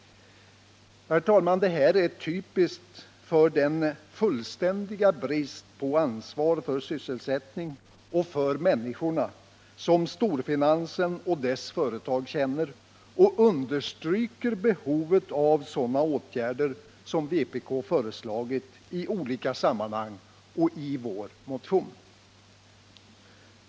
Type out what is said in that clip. Herr talman! Det här är typiskt för den fullständiga brist på ansvar för sysselsättningen och för människorna som storfinansen och dess företag känner, och det understryker behovet av sådana åtgärder som vpk föreslagit i olika sammanhang och i vår motion.